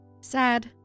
sad